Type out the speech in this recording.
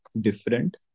different